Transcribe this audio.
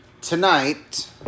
Tonight